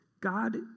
God